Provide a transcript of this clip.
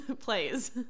plays